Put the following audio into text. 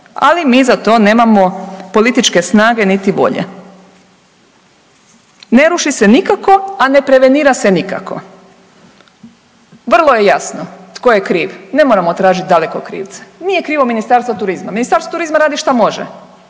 ali mi za to nemamo političke snage niti volje. Ne ruši se nikako, a ne prevenira se nikako. Vrlo je jasno tko je kriv, ne moramo tražiti daleko krivce, nije krivo Ministarstvo turizma, Ministarstvo turizma radi šta može,